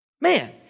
Man